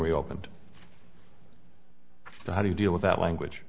reopened how do you deal with that language